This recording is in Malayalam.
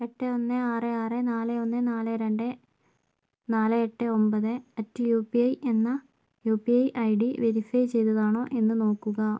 എട്ട് ഒന്ന് ആറ് ആറ് നാല് ഒന്ന് നാല് രണ്ട് നാല് എട്ട് ഒൻപത് അറ്റ് യുപിഐ എന്ന യുപിഐ ഐഡി വെരിഫൈ ചെയ്തതാണോ എന്ന് നോക്കുക